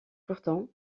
pourtant